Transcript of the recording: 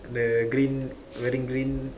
the green wearing green